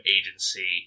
agency